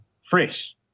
fresh